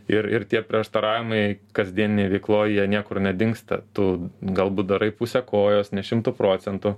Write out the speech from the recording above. ir ir tie prieštaravimai kasdieninėj veikloj niekur nedingsta tu galbūt darai puse kojos ne šimtu procentų